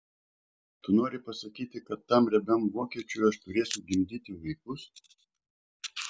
tu nori pasakyti kad tam riebiam vokiečiui aš turėsiu gimdyti vaikus